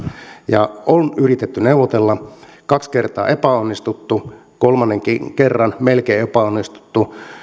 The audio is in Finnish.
on yritetty neuvotella kaksi kertaa on epäonnistuttu kolmannenkin kerran melkein on epäonnistuttu